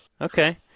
Okay